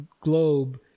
globe